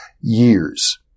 years